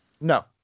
No